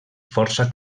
força